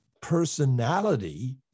personality